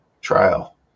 trial